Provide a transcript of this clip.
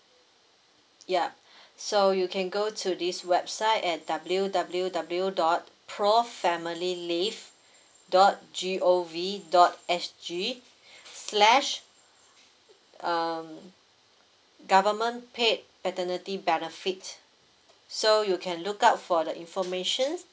yup so you can go to this website at W W W dot pro family leave dot G_O_V dot S_G slash um government paid paternity benefits so you can look up for the information